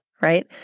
right